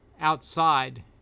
Outside